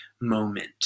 moment